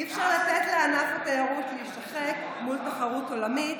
אי-אפשר לתת לענף התיירות להישחק מול תחרות עולמית,